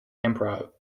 emperor